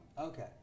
okay